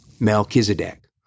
Melchizedek